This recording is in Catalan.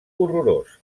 horrorós